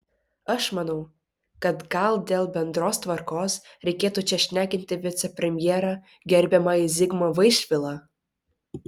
aš manau kad gal dėl bendros tvarkos reikėtų čia šnekinti vicepremjerą gerbiamąjį zigmą vaišvilą